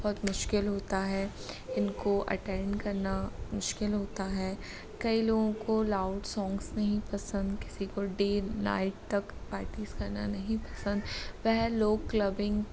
बहुत मुश्किल होता है इनको अटेंड करना मुश्किल होता है कई लोगों को लाउड सोंग्स नहीं पसंद किसी को देर नाइट तक पार्टीज़ करना नहीं पसंद वह लोग क्लबिंग